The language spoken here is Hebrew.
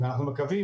אנחנו מקווים,